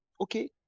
okay